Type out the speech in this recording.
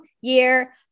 year